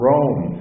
Rome